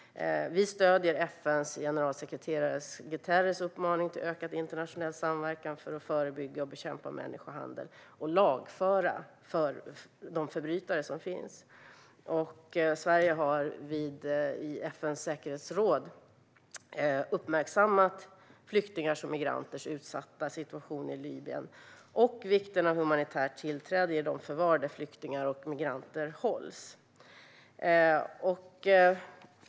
Vi stöder FN:s generalsekreterare Guterres uppmaning till ökad internationell samverkan för att förebygga och bekämpa människohandel och lagföra förbrytarna. Sverige har i FN:s säkerhetsråd uppmärksammat flyktingars och migranters utsatta situation i Libyen och vikten av humanitärt tillträde i de förvar där flyktingar och migranter hålls.